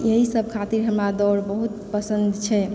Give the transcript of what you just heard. एहि सब खातिर हमरा दौड़ बहुत पसन्द छै